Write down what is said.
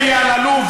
אלי אלאלוף,